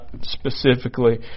specifically